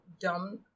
dumb